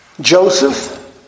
Joseph